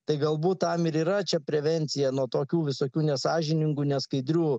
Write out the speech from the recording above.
tai galbūt tam yra čia prevencija nuo tokių visokių nesąžiningų neskaidrių